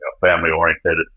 family-oriented